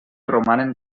romanen